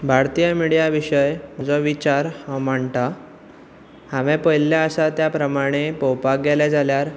भारतीय मिडिया विशय म्हजो विचार हांव मांडटां हांवें पळयिल्लें आसा त्या प्रमाणे पळोवपाक गेले जाल्यार